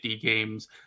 games